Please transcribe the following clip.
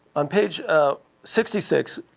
on page ah sixty six,